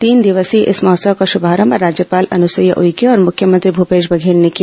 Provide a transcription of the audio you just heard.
तीन दिवसीय इस महोत्सव का शुभारंभ राज्यपाल अनुसईया उइके और मुख्यमंत्री भूपेश बर्घल ने किया